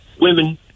women